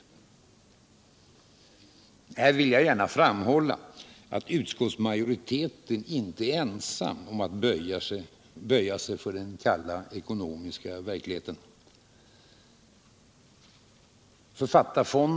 Här vill jag gärna framhålla att utskottsmajoriteten inte är ensam om att böja sig för den kalla ekonomiska verkligheten.